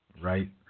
right